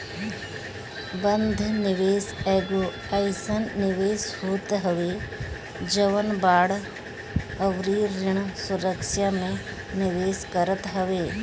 बंध निवेश एगो अइसन निवेश होत हवे जवन बांड अउरी ऋण सुरक्षा में निवेश करत हवे